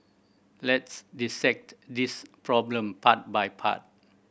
let's dissect this problem part by part